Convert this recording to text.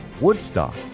Woodstock